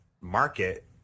market